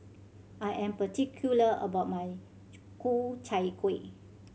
I am particular about my Ku Chai Kueh